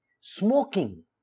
smoking